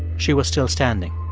she was still standing.